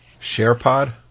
SharePod